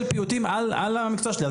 של פיוטים על המקצוע שלי.